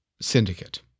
syndicate